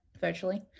virtually